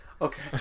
Okay